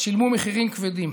שילמו מחירים כבדים.